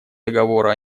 договора